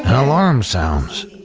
and alarm sounds.